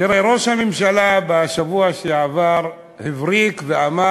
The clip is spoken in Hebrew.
ראש הממשלה הבריק בשבוע שעבר ואמר: